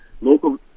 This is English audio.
Local